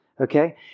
okay